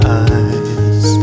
eyes